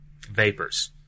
vapors